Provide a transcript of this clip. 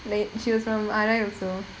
like she was from R_I also